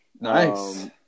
Nice